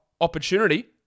opportunity